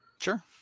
Sure